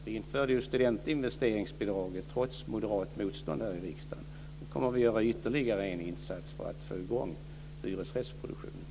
Vi införde ju studentinvesteringsbidraget, trots moderat motstånd här i riksdagen. Nu kommer vi att göra ytterligare en insats för få i gång hyresrättsproduktionen.